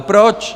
Proč?